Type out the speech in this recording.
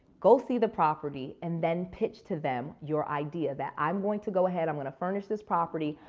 go see the property and then pitch to them your idea that i'm going to go ahead, i'm going to furnish this property.